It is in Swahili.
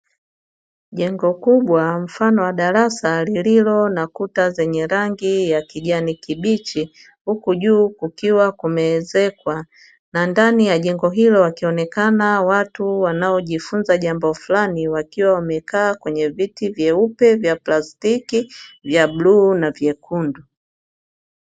Jengo kubwa mfano wa darasa lililo na kuta zenye rangi ya kijani kibichi, huku juu kukiwa kumeezekwa na ndani ya jengo hilo wakionekana watu wanaojifunza jambo fulani; wakiwa wamekaa kwenye viti: vyeupe vya plastiki vya bluu na vyekundu.